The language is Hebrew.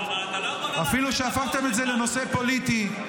------- אפילו שהפכתם את זה לנושא פוליטי.